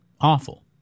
Awful